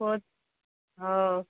पद